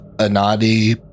Anadi